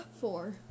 Four